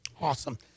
Awesome